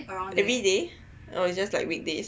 everyday or is just like weekdays